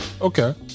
Okay